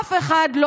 אף אחד לא